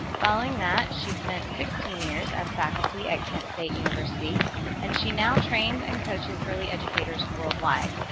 following that, she spent sixteen years as faculty at kent state university and she now trains and coaches early educators worldwide.